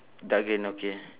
dark green okay